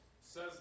says